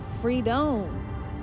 freedom